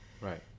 Right